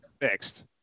Fixed